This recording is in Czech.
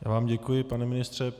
Já vám děkuji, pane ministře.